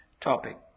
topic